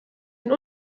den